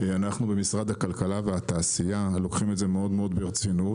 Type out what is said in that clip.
אנחנו במשרד הכלכלה והתעשייה לוקחים את זה ברצינות,